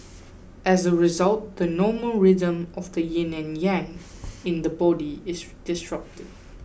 as a result the normal rhythm of the yin and yang in the body is disrupted